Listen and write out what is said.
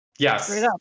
yes